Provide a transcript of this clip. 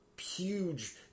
huge